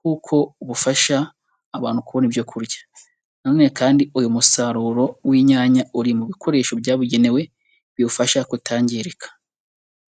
kuko bufasha abantu kubona ibyo kurya. n none kandi uyu musaruro w'inyanya uri mu bikoresho byabugenewe biwufasha kutangirika.